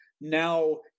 Now